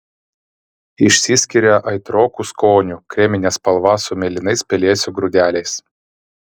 išsiskiria aitroku skoniu kremine spalva su mėlynais pelėsių grūdeliais